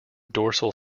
dorsal